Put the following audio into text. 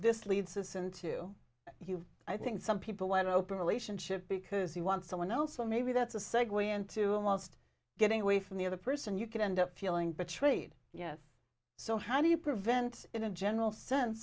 this leads us into you i think some people want to open relationship because you want someone else or maybe that's a segue into almost getting away from the other person you could end up feeling betrayed yes so how do you prevent in a general sense